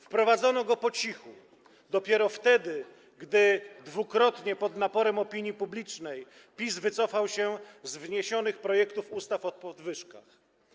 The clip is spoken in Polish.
Wprowadzono go po cichu, dopiero wtedy, gdy dwukrotnie pod naporem opinii publicznej PiS wycofał się z wniesionych projektów ustaw o podwyżkach.